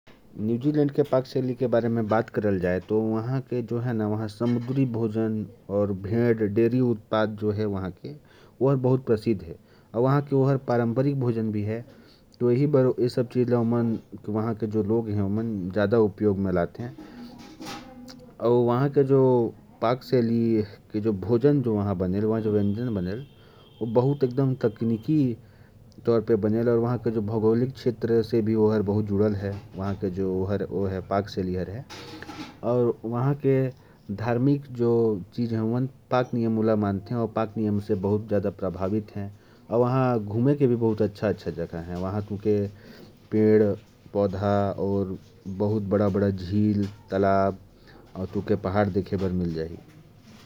न्यूजीलैंड की पाक शैली की बात करें तो, यहां के लोग डेयरी उत्पाद और समुद्री भोजन खाना ज्यादा पसंद करते हैं। यहां के लोग अपने धर्म को बहुत मानते हैं, और यहां घूमने के लिए भी बहुत अच्छी जगहें हैं।